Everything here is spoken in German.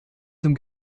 zum